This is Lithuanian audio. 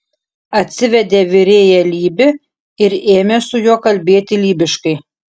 atsivedė virėją lybį ir ėmė su juo kalbėti lybiškai